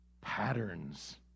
patterns